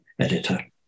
editor